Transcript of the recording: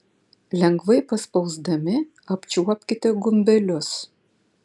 lengvai paspausdami apčiuopkite gumbelius